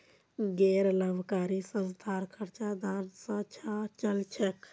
गैर लाभकारी संस्थार खर्च दान स चल छेक